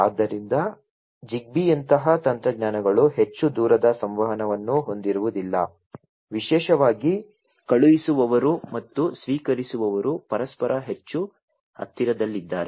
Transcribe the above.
ಆದ್ದರಿಂದ ಜಿಗ್ಬೀಯಂತಹ ತಂತ್ರಜ್ಞಾನಗಳು ಹೆಚ್ಚು ದೂರದ ಸಂವಹನವನ್ನು ಹೊಂದಿರುವುದಿಲ್ಲ ವಿಶೇಷವಾಗಿ ಕಳುಹಿಸುವವರು ಮತ್ತು ಸ್ವೀಕರಿಸುವವರು ಪರಸ್ಪರ ಹೆಚ್ಚು ಹತ್ತಿರದಲ್ಲಿಲ್ಲದಿದ್ದರೆ